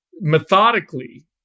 methodically